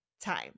time